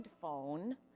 phone